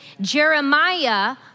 Jeremiah